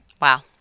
Wow